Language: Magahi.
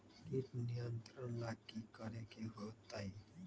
किट नियंत्रण ला कि करे के होतइ?